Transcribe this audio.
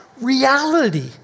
reality